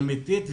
אמיתית,